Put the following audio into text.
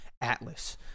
Atlas